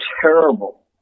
terrible